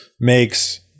makes